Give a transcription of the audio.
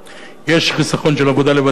יש חיסכון של עבודה לבתי-המשפט,